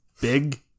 big